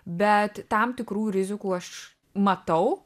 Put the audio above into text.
bet tam tikrų rizikų aš matau